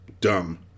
dumb